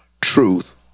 truth